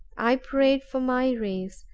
i prayed for my race,